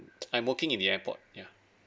I'm working in the airport yeah